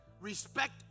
Respect